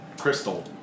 Crystal